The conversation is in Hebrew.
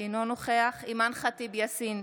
אינו נוכח אימאן ח'טיב יאסין,